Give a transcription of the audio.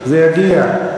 זה יגיע.